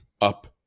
up